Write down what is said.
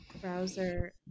Browser